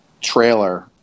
trailer